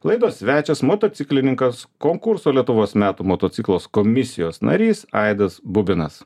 laidos svečias motociklininkas konkurso lietuvos metų motociklas komisijos narys aidas bubinas